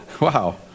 Wow